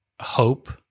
hope